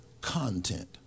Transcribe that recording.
content